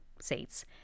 seats